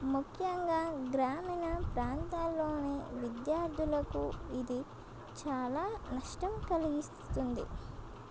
ముఖ్యంగా గ్రామీణ ప్రాంతాల్లోని విద్యార్థులకు ఇది చాలా నష్టం కలిగిస్తుంది